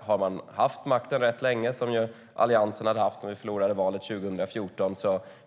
Har man haft makten rätt länge, som Alliansen hade haft när vi förlorade valet 2014,